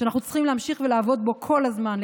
שאנחנו צריכים להמשיך ולעבוד בו כל הזמן,